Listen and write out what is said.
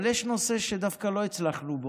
אבל יש נושא שדווקא לא הצלחנו בו,